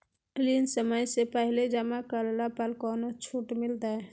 ऋण समय से पहले जमा करला पर कौनो छुट मिलतैय?